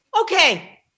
okay